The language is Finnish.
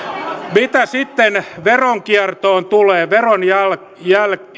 mitä sitten veronkiertoon tulee verojalanjälkeen